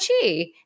Chi